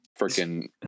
freaking